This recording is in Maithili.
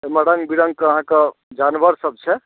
ओहिमे रङ्ग विरङ्ग कऽ अहाँक जानवर सभ छै